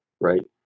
right